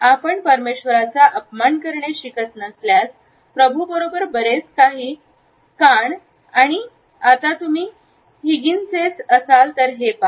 " आपण परमेश्वराचा अपमान करणे शिकत नसल्यास प्रभुबरोबर बरेच काही कान स्लाइड वेळ पहा 0757 आता जर तुम्ही हिगिनचेच असाल तर हे पहा